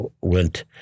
went